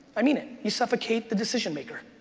i mean it. you suffocate the decision maker,